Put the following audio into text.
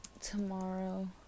Tomorrow